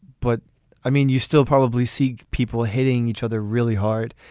but i mean you still probably see people hitting each other really hard.